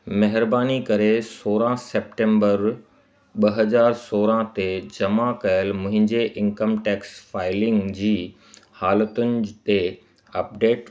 महिरबानी करे सोरहं सेप्टेम्बर ॿ हज़ार सोरहं ते जमा कयल मुंहिंजे इनकम टैक्स फाइलिंग जी हालतुनि ते अपडेट